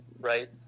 right